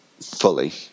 fully